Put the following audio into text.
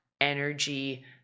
energy